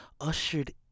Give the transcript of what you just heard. ushered